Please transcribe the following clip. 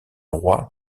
roi